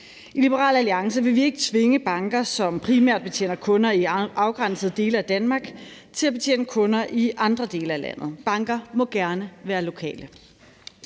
I Liberal Alliance vil vi ikke tvinge banker, som primært betjener kunder i afgrænsede dele af Danmark, til at betjene kunder i andre dele af landet. Banker må gerne være lokale.